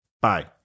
bye